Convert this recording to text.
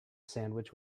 sandwich